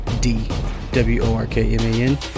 d-w-o-r-k-m-a-n